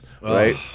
right